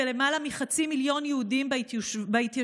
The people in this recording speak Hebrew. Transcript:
ולמעלה מחצי מיליון יהודים בהתיישבות,